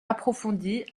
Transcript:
approfondies